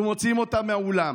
ומוציאים אותם מהאולם,